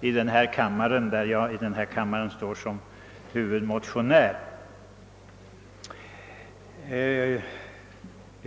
i andra kammaren — där jag i denna kammare står som huvudmotionär.